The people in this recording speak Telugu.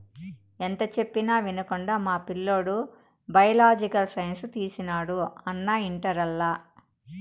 ఎంత చెప్పినా వినకుండా మా పిల్లోడు బయలాజికల్ సైన్స్ తీసినాడు అన్నా ఇంటర్లల